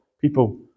people